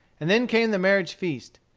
and then came the marriage feast.